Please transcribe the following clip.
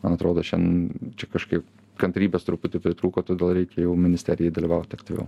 man atrodo šen čia kažkaip kantrybės truputį pritrūko todėl reikia jau ministerijai dalyvauti aktyviau